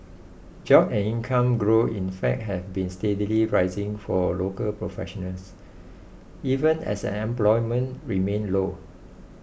job and income growth in fact have been steadily rising for local professionals even as unemployment remained low